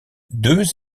deux